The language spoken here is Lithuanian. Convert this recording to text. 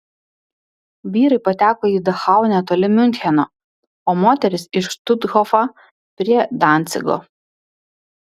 vyrai pateko į dachau netoli miuncheno o moterys į štuthofą prie dancigo